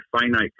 finite